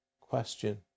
question